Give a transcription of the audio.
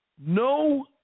No